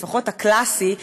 לפחות הקלאסי,